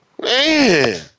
man